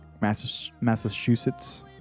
Massachusetts